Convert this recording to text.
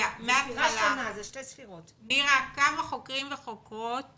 נירה, כמה חוקרי וחוקרות